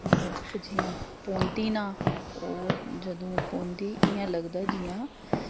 बर्फ जि'यां पौंदी ना ओह् जदूं पौंदी इ'यां लगदा जि'यां